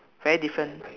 very different